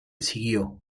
siguió